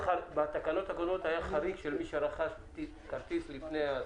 בתקנות הקודמות היה חריג של מי שרכש כרטיס לפני הסגר.